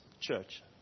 church